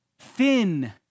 thin